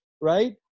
right